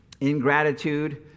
ingratitude